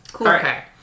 Okay